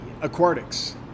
Aquatics